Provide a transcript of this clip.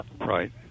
Right